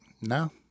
No